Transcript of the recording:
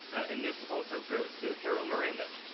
and this also goes to jero miranda.